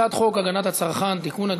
הצעת חוק הגנת הצרכן (תיקון,